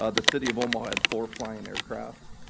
ah the city of omaha had four flying aircraft.